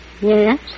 Yes